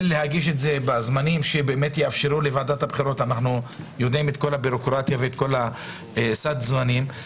להגיש את זה בזמנים שיאפשרו לוועדת הבחירות להתארגן בסד זמנים,